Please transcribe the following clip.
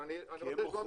אבל אני --- כי הם מוכרים.